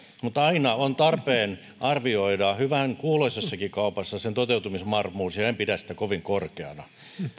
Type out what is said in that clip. mutta aina on tarpeen arvioida hyvän kuuloisessakin kaupassa sen toteutumisvarmuus ja ja en pidä sitä kovin korkeana